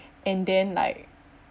and then like